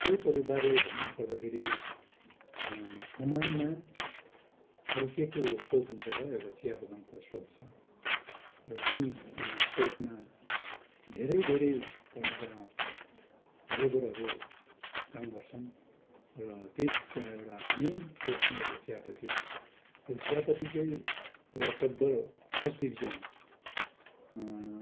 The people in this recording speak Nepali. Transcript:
स्रोतहरू बारे भन्नुपर्दाखेरि कमानमा अरू के को स्रोत हुन्छ र एउटा चिया बगानको स्रोत छ र जुन स्रोतमा धेरै धेरै कर्माचारी लेबरहरू काम गर्छन् र त्यही च एउटा मेन सोर्स नै एउटा चियापत्ती हो र चियापत्ती चाहिँ र टकभर फर्स्ट डिभिजन